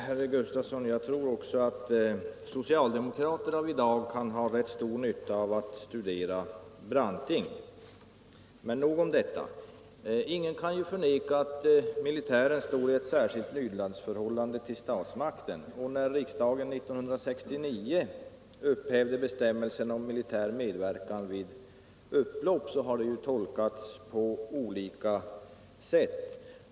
Herr talman! Ja, också jag tror, herr Gustavsson i Eskilstuna, att socialdemokrater av i dag kan ha rätt stor nytta av att studera Branting. Men nog om detta. Ingen kan ju förneka att militären står i ett särskilt lydnadsförhållande till statsmakten. Riksdagens beslut år 1969 att upphäva bestämmelsen om militär insats vid upplopp har tolkats på olika sätt.